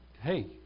Hey